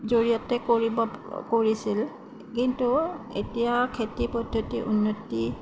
জৰিয়তে কৰিব কৰিছিল কিন্তু এতিয়া খেতি পদ্ধতি উন্নতি